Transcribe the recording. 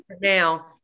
now